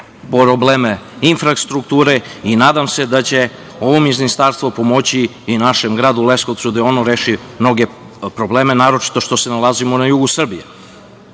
probleme infrastrukture i nadam se da će ovo ministarstvo pomoći i našem gradu Leskovcu da ono reši mnoge probleme, naročito što se nalazimo na jugu